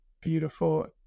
beautiful